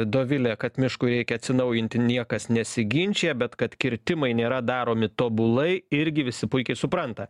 dovilė kad miškui reikia atsinaujinti niekas nesiginčija bet kad kirtimai nėra daromi tobulai irgi visi puikiai supranta